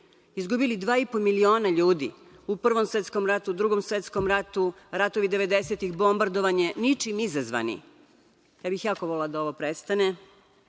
izgubili dva i po miliona ljudi, u Prvom svetskom ratu, u Drugom svetskom ratu, ratovi devedesetih, bombardovanje, ničim izazvani. Ja bih jako volela da ovo prestane. Ovaj